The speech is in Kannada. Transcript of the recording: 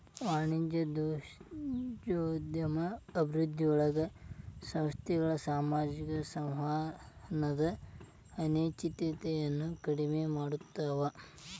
ವಾಣಿಜ್ಯೋದ್ಯಮ ಅಭಿವೃದ್ಧಿಯೊಳಗ ಸಂಸ್ಥೆಗಳ ಸಾಮಾಜಿಕ ಸಂವಹನದ ಅನಿಶ್ಚಿತತೆಯನ್ನ ಕಡಿಮೆ ಮಾಡ್ತವಾ